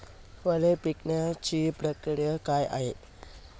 फळे पिकण्याची प्रक्रिया काय आहे?